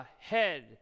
ahead